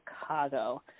Chicago